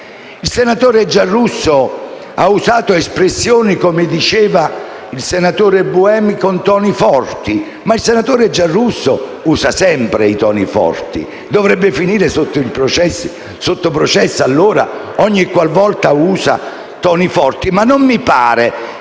Il senatore Giarrusso ha usato espressioni - come diceva il collega Buemi - dai toni forti, ma il senatore Giarrusso usa sempre i toni forti; dovrebbe finire sotto processo, allora, ogni qual volta usa toni forti, ma non mi pare che